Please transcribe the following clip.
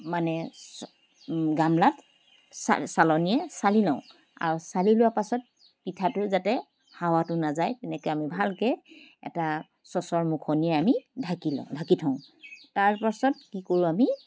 মানে চ গামলাত চাল্ চালনিয়ে চালি লওঁ আৰু চালি লোৱা পাছত পিঠাটো যাতে হাৱাটো নাযায় তেনেকৈ আমি ভালকৈ এটা ছচৰ মুখনি আমি ঢাকি লওঁ ঢাকি থওঁ তাৰপাছত কি কৰোঁ আমি